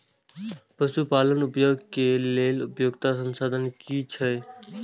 पशु पालन उद्योग के लेल उपयुक्त संसाधन की छै?